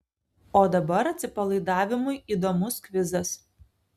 o dabar atsipalaidavimui įdomus kvizas